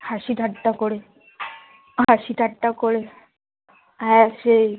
হাসি ঠাট্টা করে হাসি ঠাট্টা করে হ্যাঁ সেই